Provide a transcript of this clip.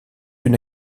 une